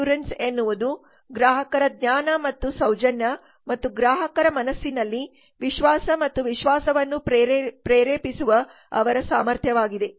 assurance ಎನ್ನುವುದು ನೌಕರರ ಜ್ಞಾನ ಮತ್ತು ಸೌಜನ್ಯ ಮತ್ತು ಗ್ರಾಹಕರ ಮನಸ್ಸಿನಲ್ಲಿ ವಿಶ್ವಾಸ ಮತ್ತು ವಿಶ್ವಾಸವನ್ನು ಪ್ರೇರೇಪಿಸುವ ಅವರ ಸಾಮರ್ಥ್ಯವಾಗಿದೆ